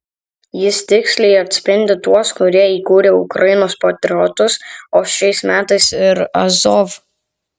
jis tiksliai atspindi tuos kurie įkūrė ukrainos patriotus o šiais metais ir azov